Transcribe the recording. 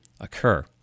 occur